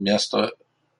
miesto